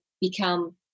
become